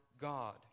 God